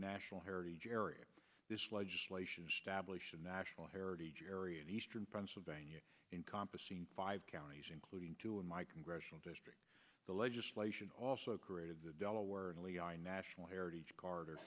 national heritage area this legislation establish a national heritage area in eastern pennsylvania encompassing five counties including two in my congressional district the legislation also created the delaware and leon national heritage carter